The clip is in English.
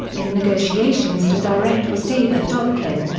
in negotiations to direct was david dobkin,